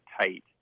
tight